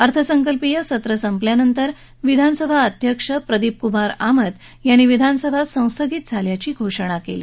अर्थसंकल्पीय सत्र संपल्यानंतर विधानसभा अध्यक्ष प्रदीप कुमार आमत यांनी विधानसभा संस्थगीत झाल्याची घोषणा केली